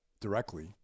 directly